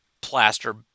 plaster